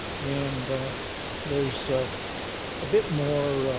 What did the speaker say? and there's a bit more